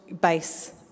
base